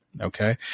Okay